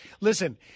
Listen